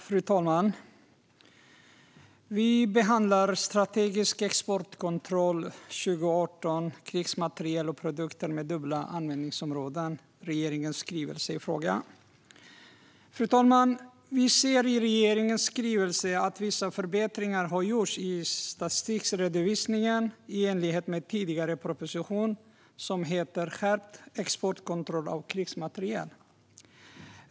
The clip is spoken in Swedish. Fru talman! Vi behandlar regeringens skrivelse Strategisk exportkontroll 2018 - krigsmateriel och produkter med dubbla användningsområden . Vi ser i regeringens skrivelse att vissa förbättringar har gjorts i statistikredovisningen i enlighet med den tidigare propositionen Skärpt exportkontroll av krigsmateriel .